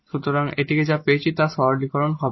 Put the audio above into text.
সুতরাং এটি আমরা এখানে যা পেয়েছি তার সরলীকরণ হবে